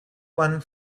one